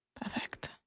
Perfect